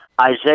Isaiah